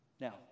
Now